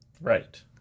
Right